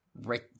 Right